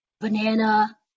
banana